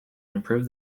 improve